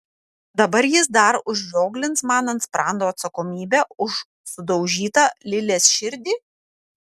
dabar jis dar užrioglins man ant sprando atsakomybę už sudaužytą lilės širdį